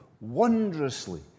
wondrously